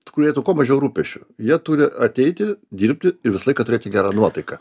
turėtų kuo mažiau rūpesčių jie turi ateiti dirbti ir visą laiką turėti gerą nuotaiką